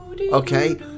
Okay